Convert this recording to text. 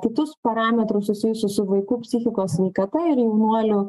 kitus parametrus susijusius su vaikų psichikos sveikata ir jaunuolių